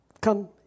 come